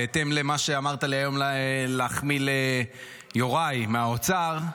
בהתאם למה שאמרת לי היום להחמיא ליוראי, מהאוצר,